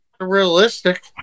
realistic